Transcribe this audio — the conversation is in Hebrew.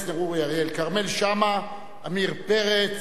כרמל שאמה, עמיר פרץ,